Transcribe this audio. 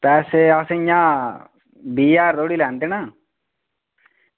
पैसे इंया अस बीह् ज्हार धोड़ी लैंदे न